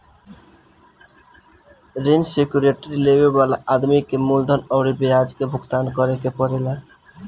ऋण सिक्योरिटी लेबे वाला आदमी के मूलधन अउरी ब्याज के भुगतान करे के पड़ेला